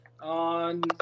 on